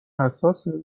حساسه